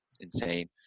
insane